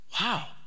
wow